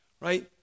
Right